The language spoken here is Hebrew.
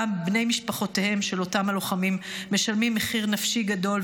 גם בני משפחותיהם של אותם הלוחמים משלמים מחיר נפשי גדול,